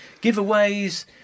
giveaways